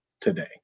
today